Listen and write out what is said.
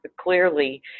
clearly